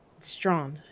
strong